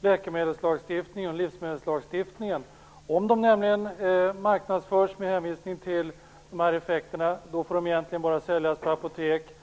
läkemedelslagstiftningen och livsmedelslagstiftningen. Om de marknadsförs med hänvisning till sina hälsoeffekter får de egentligen bara säljas på apotek.